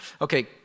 Okay